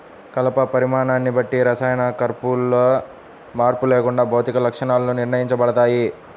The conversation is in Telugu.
కలప పరిమాణాన్ని బట్టి రసాయన కూర్పులో మార్పు లేకుండా భౌతిక లక్షణాలు నిర్ణయించబడతాయి